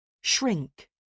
Shrink